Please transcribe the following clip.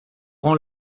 rends